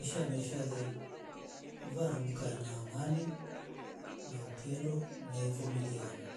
Misha meshale varum mkana na amani na upendo naye vumiliana